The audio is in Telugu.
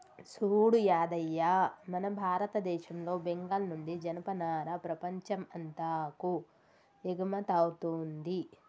సూడు యాదయ్య మన భారతదేశంలో బెంగాల్ నుండి జనపనార ప్రపంచం అంతాకు ఎగుమతౌతుంది